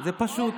זה פשוט,